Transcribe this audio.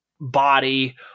body